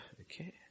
Okay